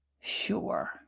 sure